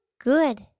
good